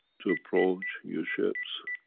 to approach new ships,